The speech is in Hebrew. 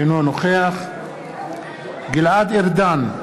אינו נוכח גלעד ארדן,